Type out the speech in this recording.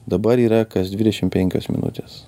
dabar yra kas dvidešim penkios minutės